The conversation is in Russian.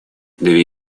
две